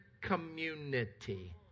community